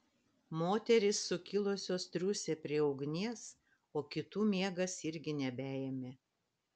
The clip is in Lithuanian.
moterys sukilusios triūsė prie ugnies o kitų miegas irgi nebeėmė